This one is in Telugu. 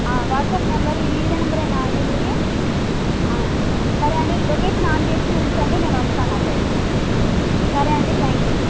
ఆ వాట్సప్ నెంబర్ ఇదే నంబరేనా అండి మీది సరే అండి మీ లొకేషన్ ఆన్ చేసి ఉంచండి నేను వస్తాను అక్కడికి సరే అండి థ్యాంక్ యూ